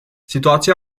situația